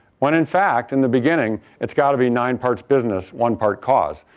when in fact in the beginning, it's got to be nine parts business, one part cause.